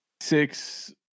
six